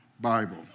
Bible